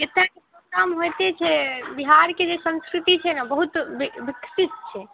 एतेक शुभ काम होइते छै बिहारके जे संस्कृति छै ने बहुत वि विकसित छै